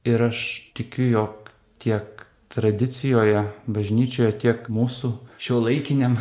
ir aš tikiu jog tiek tradicijoje bažnyčioje tiek mūsų šiuolaikiniam